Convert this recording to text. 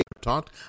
talked